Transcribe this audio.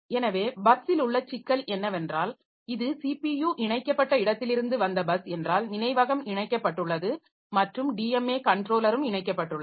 எனவே பஸ்ஸில் உள்ள சிக்கல் என்னவென்றால் இது ஸிபியு இணைக்கப்பட்ட இடத்திலிருந்து வந்த பஸ் என்றால் நினைவகம் இணைக்கப்பட்டுள்ளது மற்றும் டிஎம்ஏ கன்ட்ரோலரும் இணைக்கப்பட்டுள்ளது